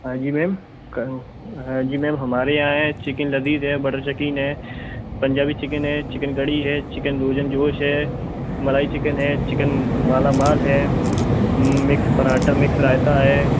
हाँ जी मैम हाँ जी मैम हमारे यहाँ है चिकन लज़ीज़ है बटर चकीन है पंजाबी चिकन है चिकन कढ़ी है चिकन रोग़न जोश है मलाई चिकन है चिकन मालामाल है मिक्स पराँठा मिक्स राएता है